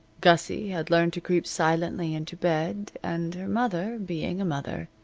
gussie had learned to creep silently into bed, and her mother, being a mother,